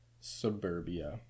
Suburbia